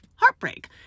heartbreak